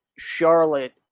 Charlotte